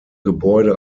gebäude